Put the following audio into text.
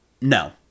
No